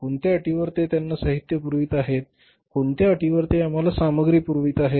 कोणत्या अटीवर ते त्यांना साहित्य पुरवित आहेत कोणत्या अटीवर ते आम्हाला सामग्री पुरवित आहेत